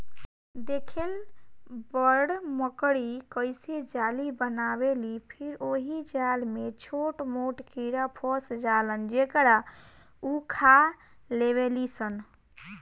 देखेल बड़ मकड़ी कइसे जाली बनावेलि फिर ओहि जाल में छोट मोट कीड़ा फस जालन जेकरा उ खा लेवेलिसन